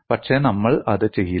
പക്ഷെ നമ്മൾ അത് ചെയ്യില്ല